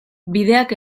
bideak